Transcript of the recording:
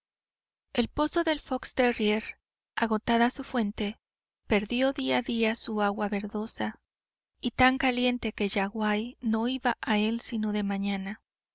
el pozo del fox terrier agotada su fuente perdió día a día su agua verdosa y tan caliente que yaguaí no iba a él sino de mañana